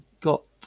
got